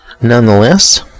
nonetheless